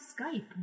Skype